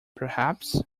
perhaps